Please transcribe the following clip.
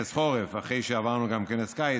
אחרי שעברנו גם כנס קיץ,